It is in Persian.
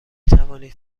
توانید